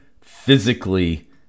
physically